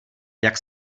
jak